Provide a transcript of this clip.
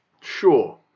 Sure